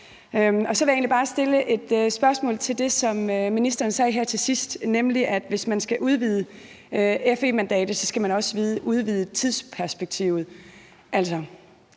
bare stille et spørgsmål til det, som ministeren sagde her til sidst, nemlig at hvis man skal udvide FE-mandatet, skal man også udvide tidsperspektivet.